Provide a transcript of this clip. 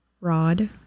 rod